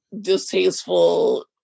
distasteful